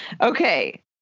Okay